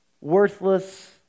worthless